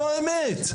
זו האמת.